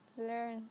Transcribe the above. learn